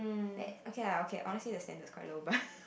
that okay lah okay lah honestly that standard is quite low but